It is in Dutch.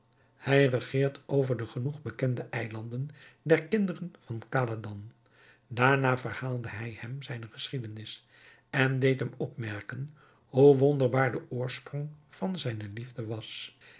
hij regeert over de genoeg bekende eilanden der kinderen van khaladan daarna verhaalde hij hem zijne geschiedenis en deed hem opmerken hoe wonderbaar de oorsprong van zijne liefde was